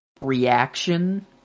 reaction